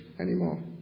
anymore